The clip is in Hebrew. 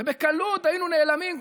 ובקלות היינו נעלמים.